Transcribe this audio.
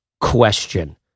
question